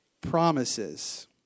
promises